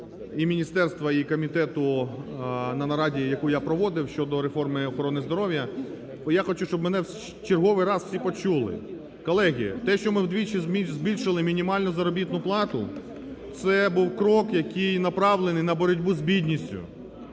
і міністерства, і комітету на нараді, яку я проводив реформи охорони здоров'я. Я хочу, щоб мене в черговий раз всі почули. Колеги, те, що ми вдвічі збільшили мінімальну заробітну плату, це був крок, який направлений на боротьбу з бідністю.